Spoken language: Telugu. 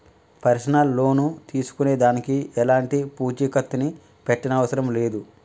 పర్సనల్ లోను తీసుకునే దానికి ఎలాంటి పూచీకత్తుని పెట్టనవసరం లేదు